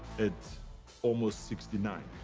at almost sixty nine.